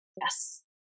Yes